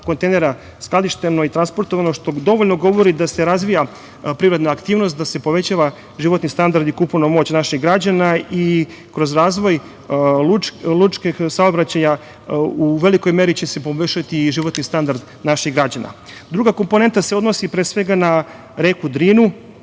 skladišteno i transportovano, što dovoljno govori da se razvija privredna aktivnost, da se povećava životni standard i kupovna moć naših građana i kroz razvoj lučkih saobraćaja, u velikoj meri će se poboljšati i životni standard naših građana. Druga komponenta se odnosi, pre svega na reku Drinu.